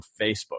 Facebook